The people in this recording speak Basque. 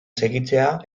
segitzea